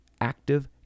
active